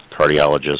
cardiologist